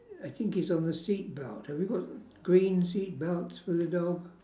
I think is on the seat belt have you got green seat belts for the dog